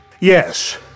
Yes